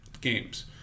games